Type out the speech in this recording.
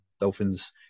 Dolphins